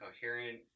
coherent